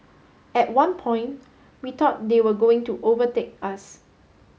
at one point we thought they were going to overtake us